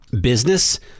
business